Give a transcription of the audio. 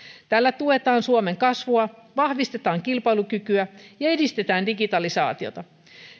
tällä tuetaan suomen kasvua vahvistetaan kilpailukykyä ja edistetään digitalisaatiota